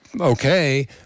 okay